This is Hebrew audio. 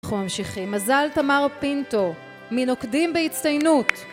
אנחנו ממשיכים. מזל תמר פינטו. מנוקדים בהצטיינות.